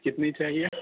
کتنی چاہیے